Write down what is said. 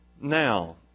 Now